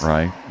Right